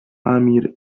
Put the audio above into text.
امیر